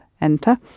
enter